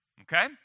okay